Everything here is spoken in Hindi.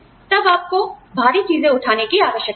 तब आपको भारी चीजें उठाने की आवश्यकता है